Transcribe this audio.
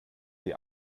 die